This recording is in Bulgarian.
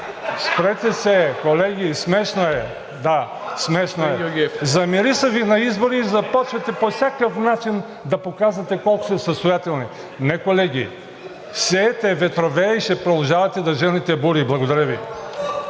Спрете се, колеги, смешно е, да, смешно е. Замириса Ви на избори и започнахте по всякакъв начин да показвате колко сте състоятелни. Не, колеги, сеете ветрове и ще продължавате да жънете бури. Благодаря Ви.